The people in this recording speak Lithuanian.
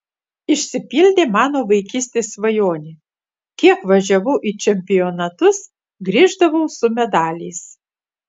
išsipildė mano vaikystės svajonė kiek važiavau į čempionatus grįždavau su medaliais